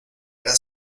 era